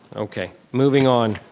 okay, moving on.